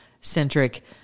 centric